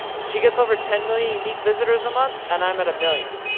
she gets over ten million unique visitors a month, and i'm at a million.